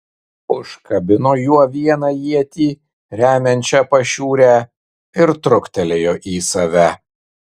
užkabino juo vieną ietį remiančią pašiūrę ir truktelėjo į save